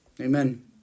Amen